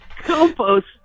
Compost